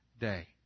day